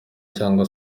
cyangwa